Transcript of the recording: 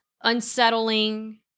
Unsettling